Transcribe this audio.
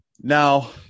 now